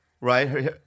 right